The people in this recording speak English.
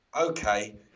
okay